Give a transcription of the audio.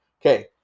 Okay